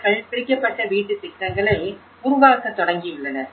அவர்கள் பிரிக்கப்பட்ட வீட்டுத் திட்டங்களை உருவாக்கத் தொடங்கியுள்ளனர்